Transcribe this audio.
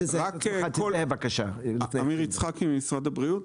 אני ממשרד הבריאות.